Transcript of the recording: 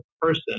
person